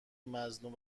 مظلوم